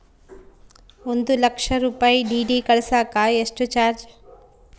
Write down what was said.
ಒಂದು ಲಕ್ಷ ರೂಪಾಯಿ ಡಿ.ಡಿ ಕಳಸಾಕ ಎಷ್ಟು ಚಾರ್ಜ್?